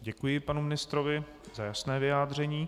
Děkuji panu ministrovi za jasné vyjádření.